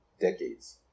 decades